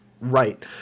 right